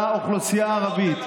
לאוכלוסייה הערבית,